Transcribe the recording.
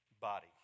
body